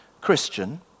Christian